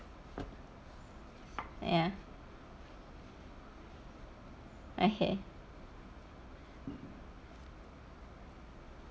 ya okay